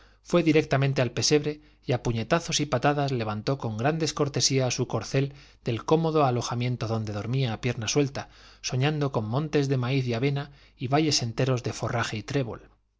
fué directamente al pesebre y a puñetazos y patadas levantó con gran descortesía a su corcel del cómodo alojamiento donde dormía a pierna suelta soñando con montes de maíz y avena y valles enteros de forraje y trébol